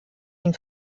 ihn